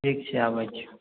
ठीक छै आबै छी